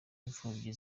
imfubyi